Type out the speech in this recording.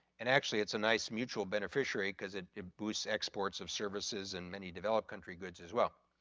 and actually it's a nice mutual beneficiary cause it boosts exports of services in many developed country goods as well.